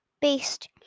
based